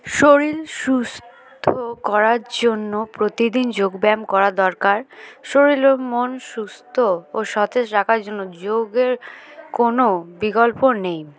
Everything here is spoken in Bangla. শরীর সুস্থ করার জন্য প্রতিদিন যোগব্যায়াম করা দরকার শরীর ও মন সুস্থ ও সতেজ রাখার জন্য যোগের কোনো বিকল্প নেই